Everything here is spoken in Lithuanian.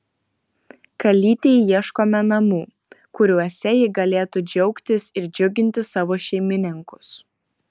kalytei ieškome namų kuriuose ji galėtų džiaugtis ir džiuginti savo šeimininkus